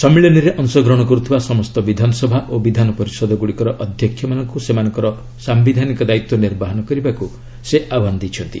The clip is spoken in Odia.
ସମ୍ମିଳନୀରେ ଅଂଶଗ୍ରହଣ କରୁଥିବା ସମସ୍ତ ବିଧାନସଭା ଓ ବିଧାନ ପରିଷଦ ଗୁଡ଼ିକର ଅଧ୍ୟକ୍ଷମାନଙ୍କୁ ସେମାନଙ୍କର ସାୟିଧାନିକ ଦାୟିତ୍ୱ ନିର୍ବାହାନ କରିବାକୁ ସେ ଆହ୍ବାନ ଦେଇଛନ୍ତି